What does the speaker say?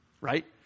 Right